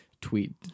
tweet